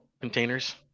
containers